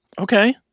Okay